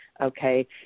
okay